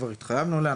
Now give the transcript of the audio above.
כבר התחייבנו עליה,